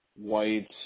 white